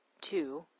Two